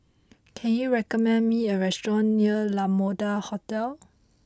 can you recommend me a restaurant near La Mode Hotel